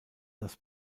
das